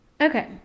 Okay